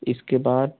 इसके बाद